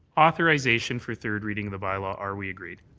authorization for third reading of the bylaw are we agreed?